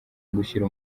gushyira